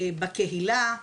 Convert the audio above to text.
בקהילה,